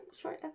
short